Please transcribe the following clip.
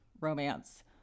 romance